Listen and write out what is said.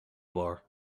bar